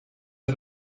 had